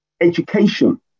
education